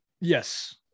Yes